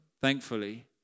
thankfully